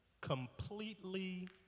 completely